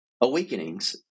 Awakenings